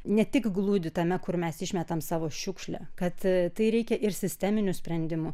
ne tik glūdi tame kur mes išmetam savo šiukšlę kad tai reikia ir sisteminių sprendimų